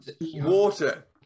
water